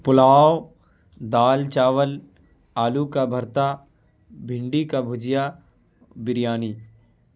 پلاؤ دال چاول آلو کا بھرتا بھنڈی کا بھجیا بریانی